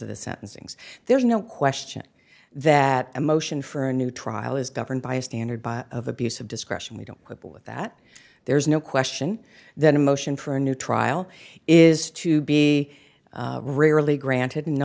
of the sentencings there's no question that a motion for a new trial is governed by a standard of abuse of discretion we don't quibble with that there's no question that a motion for a new trial is to be rarely granted no